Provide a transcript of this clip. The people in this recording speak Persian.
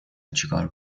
چیکار